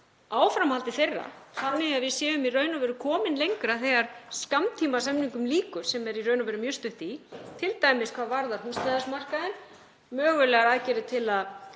áframhaldi þeirra þannig að við séum komin lengra þegar skammtímasamningum lýkur, sem er í raun og veru mjög stutt í, t.d. hvað varðar húsnæðismarkaðinn, mögulegar aðgerðir til að